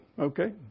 Okay